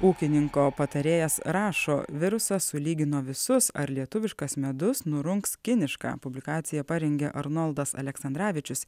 ūkininko patarėjas rašo virusas sulygino visus ar lietuviškas medus nurungs kinišką publikaciją parengė arnoldas aleksandravičius